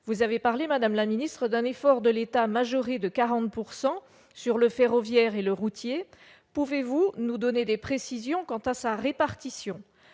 Vous avez parlé, madame la ministre, d'un effort de l'État majoré de 40 % sur le ferroviaire et le routier. Pouvez-vous nous donner des précisions quant à sa répartition ?